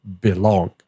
belong